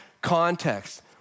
context